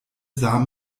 sah